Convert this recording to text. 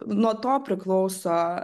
nuo to priklauso